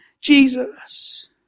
Jesus